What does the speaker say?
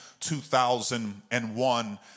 2001